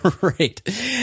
right